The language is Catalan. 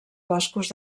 boscos